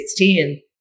2016